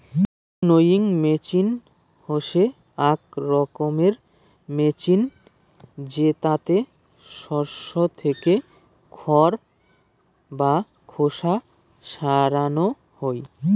winnowing machine হসে আক রকমের মেচিন জেতাতে শস্য থেকে খড় বা খোসা সরানো হই